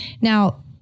Now